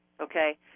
Okay